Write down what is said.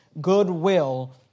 goodwill